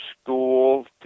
school